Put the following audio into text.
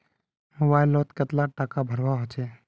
Mobile लोत कतला टाका भरवा होचे?